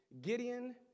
Gideon